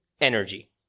energy